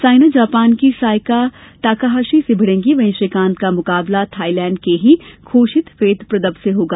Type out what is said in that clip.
Saina Japan की Sayaka Takahashi से भिड़ेगी वहीं श्रीकांत का मुकाबला थाइलैंड के ही खोषित फेतप्रदब से होगा